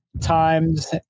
times